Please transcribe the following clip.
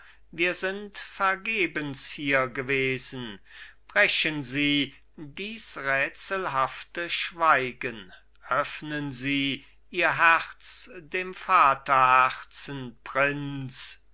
wir sind vergebens hier gewesen brechen sie dies rätselhafte schweigen öffnen sie ihr herz dem vaterherzen prinz